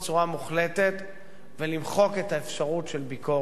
מוחלטת ולמחוק את האפשרות של ביקורת,